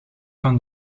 van